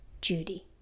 Judy